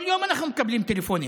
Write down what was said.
כל יום אנחנו מקבלים טלפונים.